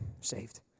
saved